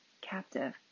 captive